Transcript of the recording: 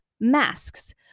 masks